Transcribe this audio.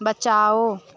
बचाओ